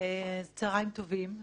צהרים טובים,